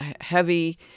heavy